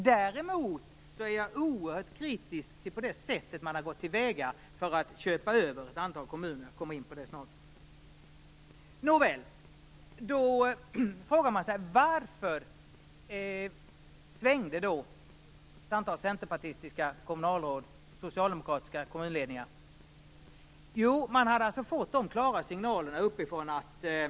Däremot är jag oerhört kritisk till det sätt som man har gått till väga för att köpa över ett antal kommuner. Jag kommer in på det snart. Då frågar man sig varför ett antal centerpartistiska kommunalråd och socialdemokratiska kommunledningar svängde. Jo, man hade fått klara signaler uppifrån att det var kört.